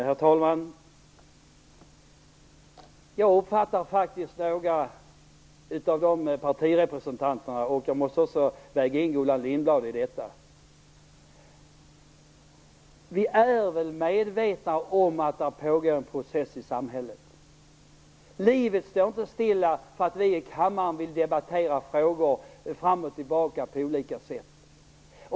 Herr talman! Jag vänder mig till några av partirepresentanterna, även Gullan Lindblad. Vi är väl medvetna om att det pågår en process i samhället. Livet står ju inte stilla därför att vi i denna kammare vill debattera frågor fram och tillbaka på olika sätt.